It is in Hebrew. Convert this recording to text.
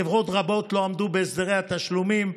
חברות רבות לא עמדו בהסדרי התשלומים,